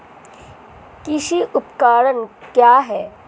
कृषि उपकरण क्या है?